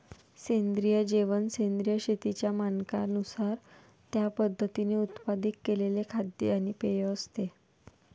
सेंद्रिय जेवण सेंद्रिय शेतीच्या मानकांनुसार त्या पद्धतीने उत्पादित केलेले खाद्य आणि पेय असते